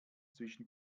zwischen